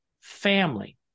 family